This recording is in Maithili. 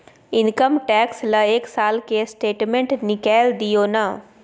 इनकम टैक्स ल एक साल के स्टेटमेंट निकैल दियो न?